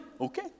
Okay